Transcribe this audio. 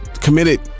committed